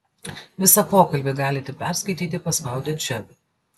visą pokalbį galite perskaityti paspaudę čia